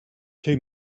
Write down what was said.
two